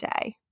day